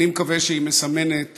אני מקווה שהיא מסמנת